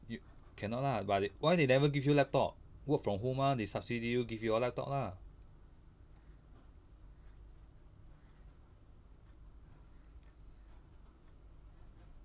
you cannot lah but they why they never give you laptop work from home mah they subsidy you give you all laptop lah